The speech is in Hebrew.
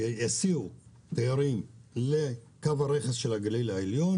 שיסיעו תיירים לקו הרכס של הגליל העליון